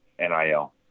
NIL